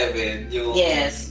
Yes